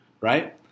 Right